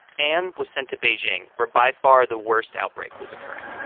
anne was sent to beijing, where, by far, the worst outbreak was occurring.